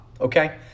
okay